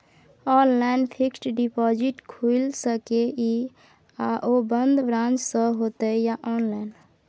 Online fixed deposit खुईल सके इ आ ओ बन्द ब्रांच स होतै या ऑनलाइन?